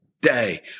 day